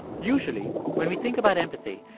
usually when we think about empathy,